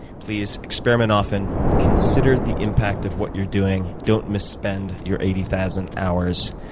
please experiment often, consider the impact of what you're doing. don't misspend your eighty thousand hours.